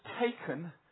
taken